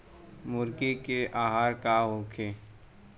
मुर्गी के आहार का होखे?